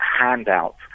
handouts